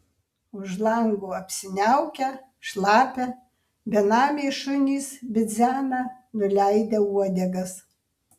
už lango apsiniaukę šlapia benamiai šunys bidzena nuleidę uodegas